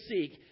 seek